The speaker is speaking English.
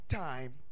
time